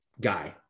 guy